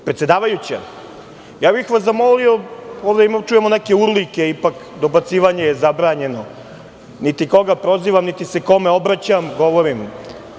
Predsedavajuća, ja bih vas zamolio, ovde čujemo neke urlike, dobacivanje je zabranjeno, niti koga prozivam, niti se kome obraćam, govorim fino.